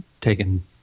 taken